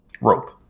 Rope